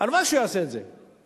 הלוואי שהוא יעשה את זה.